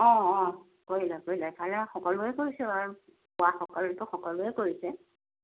অঁ অঁ কৰিলে কৰিলে কাইলে সকলোৱে কৰিছে বাৰু পোৱা সকলেতো সকলোৱে কৰিছে